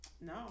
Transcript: No